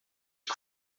que